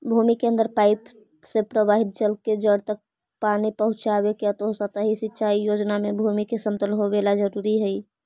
भूमि के अंदर पाइप से प्रवाहित जल से जड़ तक पानी पहुँचावे के अधोसतही सिंचाई योजना में भूमि के समतल होवेला जरूरी हइ